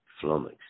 Flummox